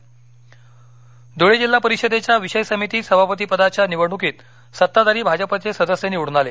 निवड धळे ध्रळे जिल्हा परिषदेच्या विषय समिती सभापतिपदाची निवडणुकीत सत्ताधारी भाजपचे सदस्य निवडून आले